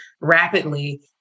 rapidly